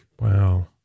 Wow